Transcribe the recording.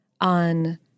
on